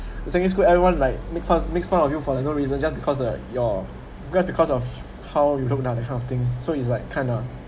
the secondary school everyone like makes fun of you for no reason just because you're just because of how you look down that kind of thing so it's like kind of